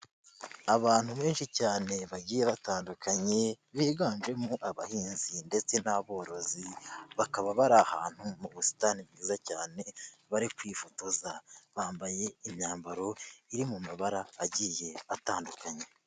Abantu benshi cyane bagiye batandukanye biganjemo abahinzi ndetse n'aborozi, bakaba bari ahantu mu busitani bwiza cyane bari kwifotoza, bambaye imyambaro iri mu mabara agiye atandukanye.